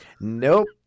Nope